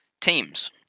teams